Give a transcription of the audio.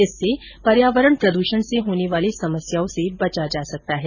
इससे पर्यावरण प्रदूषण से होने वाली समस्याओं से बचा जा सकता है